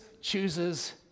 chooses